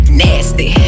nasty